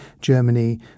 Germany